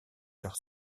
leurs